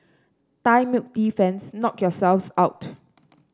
thai milk tea fans knock yourselves out